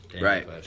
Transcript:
Right